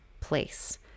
place